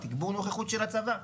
תגבור נוכחות של הצבא,